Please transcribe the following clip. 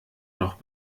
noch